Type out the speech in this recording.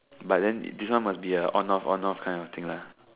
but then this one must be a on-off on-off kind of thing lah